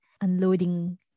unloading